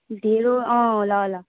ढेँडो अँ ल ल